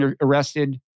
arrested